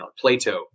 Plato